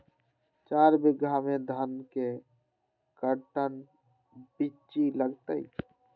चार बीघा में धन के कर्टन बिच्ची लगतै?